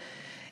בבקשה.